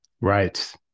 right